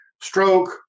stroke